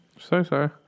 So-so